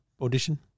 audition